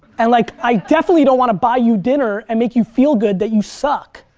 and, like, i definitely don't wanna buy you dinner and make you feel good that you suck.